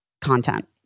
content